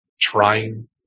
trying